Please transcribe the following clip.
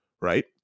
right